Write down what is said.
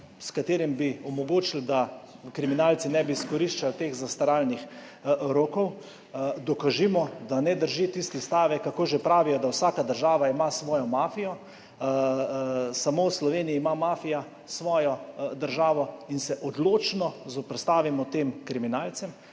s katerim bi omogočili, da kriminalci ne bi izkoriščali teh zastaralnih rokov. Dokažimo, da ne drži tisti stavek – kako že pravijo? – da ima vsaka država svojo mafijo, samo v Sloveniji ima mafija svojo državo. In se odločno zoperstavimo tem kriminalcem.